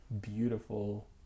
beautiful